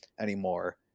anymore